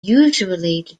usually